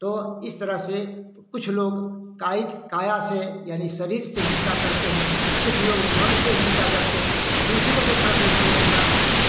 तो इस तरह से कुछ लोग कायिक काया से यानी शरीर से हिंसा करते हैं कुछ लोग मन से हिंसा करते हैं दूसरों के प्रति सोचना